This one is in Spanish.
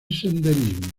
senderismo